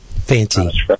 fancy